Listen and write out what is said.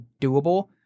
doable